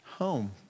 home